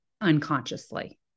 unconsciously